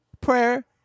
Prayer